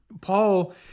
Paul